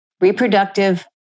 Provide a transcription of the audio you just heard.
reproductive